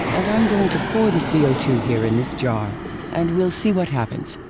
and i'm going to pour the c o two here in this jar and we'll see what happens.